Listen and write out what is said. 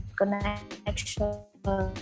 connection